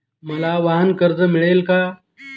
मला वाहनकर्ज मिळेल का?